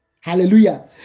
Hallelujah